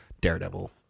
daredevil